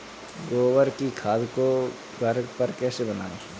गोबर की खाद को घर पर कैसे बनाएँ?